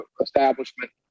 establishment